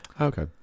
Okay